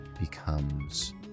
becomes